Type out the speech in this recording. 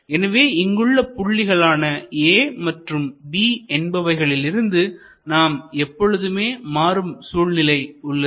எனவே இங்குள்ள புள்ளிகள் ஆன A மற்றும் B என்பவைகளிலிருந்து நாம் எப்பொழுதுமே மாறும் சூழ்நிலை உள்ளது